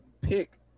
pick